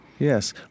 Yes